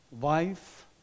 wife